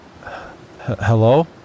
Hello